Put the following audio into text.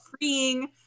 freeing